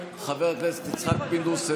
חבר הכנסת יצחק פינדרוס,